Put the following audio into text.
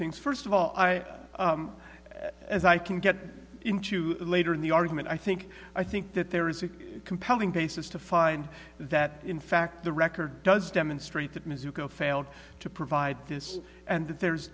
things first of all i as i can get into later in the argument i think i think that there is a compelling basis to find that in fact the record does demonstrate that mizuki of failed to provide this and that there's